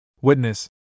Witness